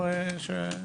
להוסיף?